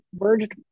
merged